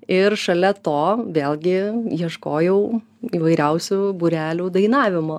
ir šalia to vėlgi ieškojau įvairiausių būrelių dainavimo